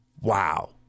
Wow